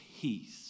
peace